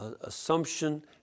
Assumption